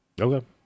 Okay